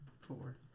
Four